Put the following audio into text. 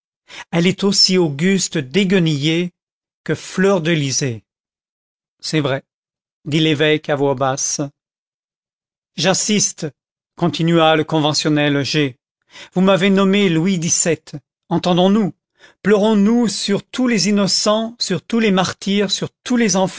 elle est aussi auguste déguenillée que fleurdelysée c'est vrai dit l'évêque à voix basse j'insiste continua le conventionnel g vous m'avez nommé louis xvii entendons-nous pleurons nous sur tous les innocents sur tous les martyrs sur tous les